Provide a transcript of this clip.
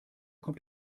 kommt